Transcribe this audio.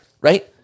Right